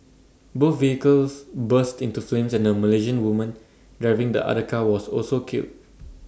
both vehicles burst into flames and A Malaysian woman driving the other car was also killed